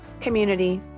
community